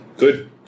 Good